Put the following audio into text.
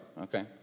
okay